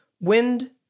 Wind